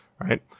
right